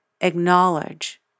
acknowledge